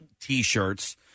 T-shirts